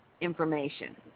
information